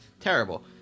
terrible